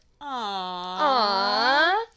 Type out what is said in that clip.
Aww